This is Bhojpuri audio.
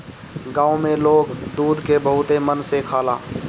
गाँव में लोग दूध के बहुते मन से खाला